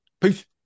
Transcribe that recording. Peace